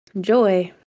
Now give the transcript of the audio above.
joy